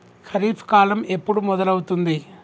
ఖరీఫ్ కాలం ఎప్పుడు మొదలవుతుంది?